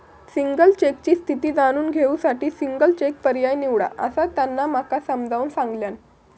single चेकची स्थिती जाणून घेऊ साठी सिंगल चेक पर्याय निवडा, असा त्यांना माका समजाऊन सांगल्यान